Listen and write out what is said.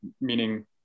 Meaning